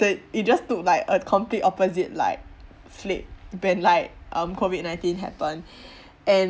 the it just took like a complete opposite like flip when like COVID nineteen happened and